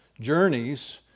journeys